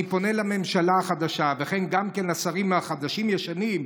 אני פונה לממשלה החדשה וגם לשרים החדשים-ישנים,